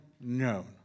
known